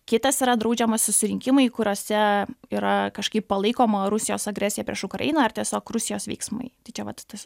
kitas yra draudžiama susirinkimai kuriuose yra kažkaip palaikoma rusijos agresija prieš ukrainą ar tiesiog rusijos veiksmai tai čia vat tas